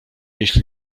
jeśli